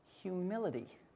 humility